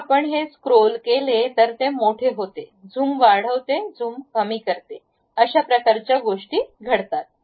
जर आपण हे स्क्रोल केले तर ते मोठे होते झूम वाढवते झूम कमी करते अशा प्रकारच्या गोष्टी घडतात